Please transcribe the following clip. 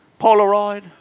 Polaroid